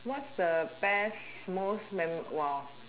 what's the best most memorable !wow!